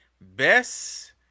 best